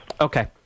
Okay